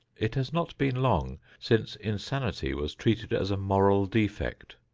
it has not been long since insanity was treated as a moral defect.